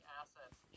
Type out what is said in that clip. assets